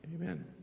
Amen